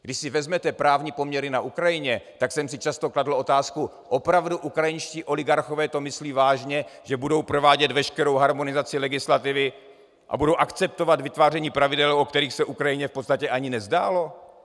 Když si vezmete právní poměry na Ukrajině, tak jsem si často kladl otázku: Opravdu ukrajinští oligarchové myslí vážně, že budou provádět veškerou harmonizaci legislativy a budou akceptovat vytváření pravidel, o kterých se Ukrajině v podstatě ani nezdálo?